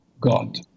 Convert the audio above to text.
God